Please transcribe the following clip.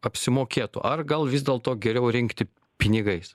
apsimokėtų ar gal vis dėlto geriau rinkti pinigais